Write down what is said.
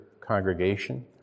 congregation